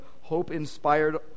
hope-inspired